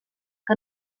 que